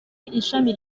ishami